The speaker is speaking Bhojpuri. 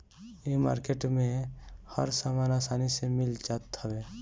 इ मार्किट में हर सामान आसानी से मिल जात हवे